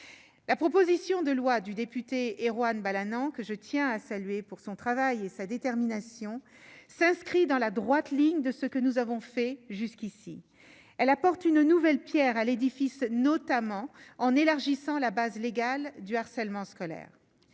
la proposition de loi du député et Juan Balanant, que je tiens à saluer pour son travail et sa détermination s'inscrit dans la droite ligne de ce que nous avons fait jusqu'ici, elle apporte une nouvelle Pierre à l'édifice, notamment en élargissant la base légale du harcèlement scolaire